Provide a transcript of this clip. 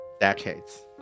decades